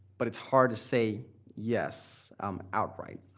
but it's hard to say yes um outright.